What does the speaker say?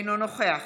אינו נוכח